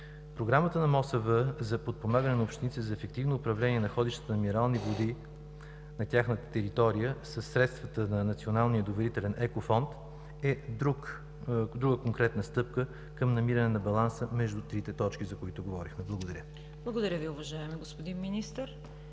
Програмата на МОСВ за подпомагане на общините за ефективно управление находищата на минерални води на тяхната територия със средствата на Националния доверителен екофонд е друга конкретна стъпка към намиране на баланса между трите точки, за които говорихме. Благодаря. ПРЕДСЕДАТЕЛ ЦВЕТА КАРАЯНЧЕВА: Благодаря Ви, уважаеми господин Министър.